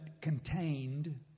contained